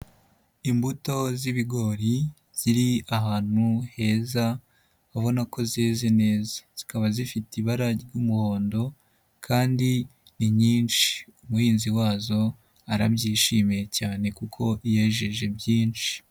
Imbuto z'ibigori ziri ahantu heza ubona ko zeze neza. Zikaba zifite ibara ry'umuhondo kandi ni nyinshi, umuhinzi wazo arabyishimiye cyane kuko yejeje byinshi.